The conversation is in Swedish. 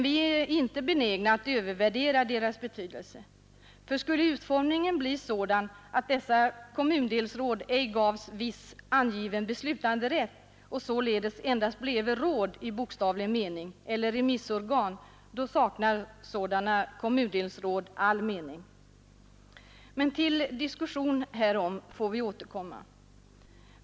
Vi är dock icke benägna att övervärdera deras betydelse, ty skulle utformningen bli sådan, att dessa kommundelsråd ej gavs viss angiven beslutanderätt, och således endast bleve råd i bokstavlig mening, eller remissorgan, då saknar sådana kommundelsråd all mening. Men till diskussion härom får vi återkomma.